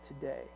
today